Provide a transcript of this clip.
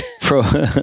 Pro